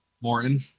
Morton